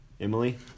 Emily